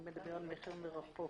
מדויק בהחלט.